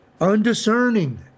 Undiscerning